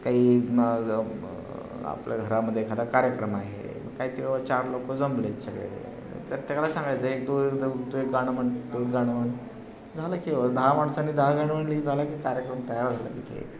काही आपल्या घरामध्ये एखादा कार्यक्रम आहे काहीतरी चार लोकं जमले आहेत सगळे तर सांगायचं एक दो तू एक गाणं म्हण तू एक गाणं म्हण झालं की दहा माणसांनी दहा गाणी म्हणली झाला की कार्यक्रम तयार झाला तिथे एक